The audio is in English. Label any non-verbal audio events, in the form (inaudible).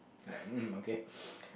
like mm okay (breath)